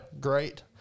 great